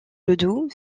ledoux